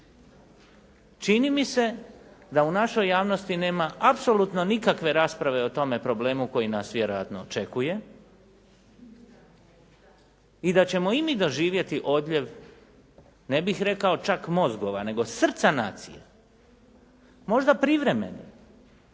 Čini mi se da u našoj javnosti nema apsolutno nikakve rasprave o tom problemu koji nas vjerojatno očekuje i da ćemo i mi doživjeti odljev ne bih rekao čak mozgova nego srca nacije, možda privremeni.